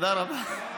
תודה רבה.